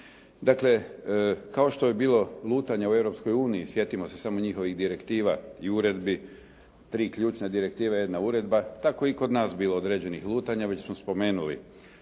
Dakle, kao što je bilo lutanja u Europskoj uniji sjetimo se samo njihovih direktiva i uredbi, tri ključne direktive jedna uredba, tako je i kod nas bilo određenih lutanja već smo spomenuli.